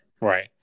Right